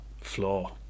Floor